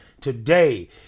today